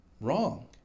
wrong